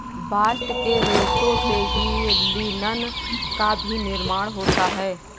bast के रेशों से ही लिनन का भी निर्माण होता है